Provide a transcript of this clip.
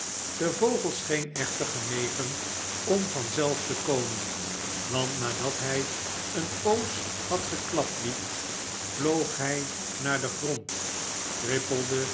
de vogel scheen echter genegen om van zelf te komen want nadat hij eene poos had geklapwiekt vloog hij naar den grond trippelde